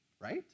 right